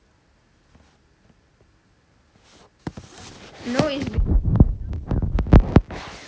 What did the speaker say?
no it's